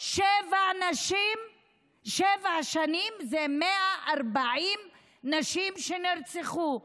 שבע שנים זה 140 נשים שנרצחו.